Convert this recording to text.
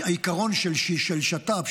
העיקרון של שת"פ,